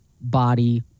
body